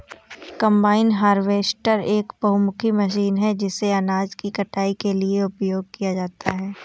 combine harvester एक बहुमुखी machine है जिसे अनाज की कटाई के लिए उपयोग किया जाता है